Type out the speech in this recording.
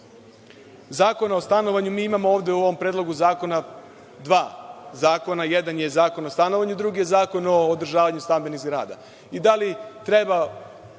Zakona o stanovanju, ovde imamo u ovom predlogu zakona dva zakona. Jedan je Zakon o stanovanju, a drugi je Zakon o održavanju stambenih zgrada. Da li treba